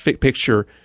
picture